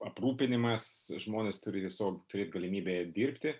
aprūpinimas žmonės turi tiesiog turėt galimybę dirbti